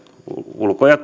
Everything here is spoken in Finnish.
ulko ja